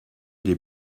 des